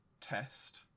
test